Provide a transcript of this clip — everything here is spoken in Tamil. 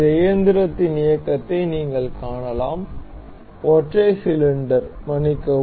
இந்த இயந்திரத்தின் இயக்கத்தை நீங்கள் காணலாம் ஒற்றை சிலிண்டர் மன்னிக்கவும்